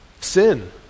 Sin